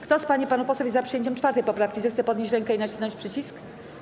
Kto z pań i panów posłów jest za przyjęciem 4. poprawki, zechce podnieść rękę i nacisnąć przycisk.